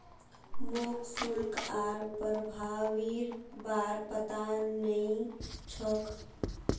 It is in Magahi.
मोक शुल्क आर प्रभावीर बार पता नइ छोक